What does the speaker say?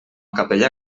capellà